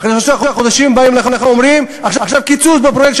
אחרי שלושה חודשים באים אליך ואומרים: עכשיו קיצוץ בפרויקט,